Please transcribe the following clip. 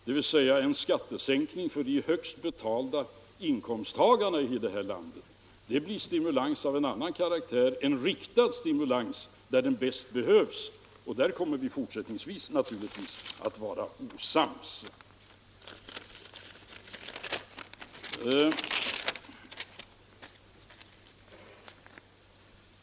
Det blir ingen skattesänkning för de högst betalda inkomsttagarna i det här landet, utan det blir stimulans av en annan karaktär, en stimulans som riktas in där den bäst behövs. På den punkten kommer vi naturligtvis också i fortsättningen att vara osams.